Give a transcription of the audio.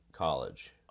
college